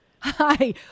Hi